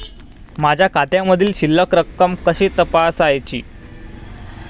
माझ्या खात्यामधील शिल्लक रक्कम कशी तपासायची?